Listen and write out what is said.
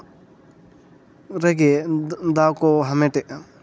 ᱨᱮᱜᱮ ᱫᱟᱣᱠᱚ ᱦᱟᱢᱮᱴᱮᱜᱼᱟ